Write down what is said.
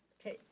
okay,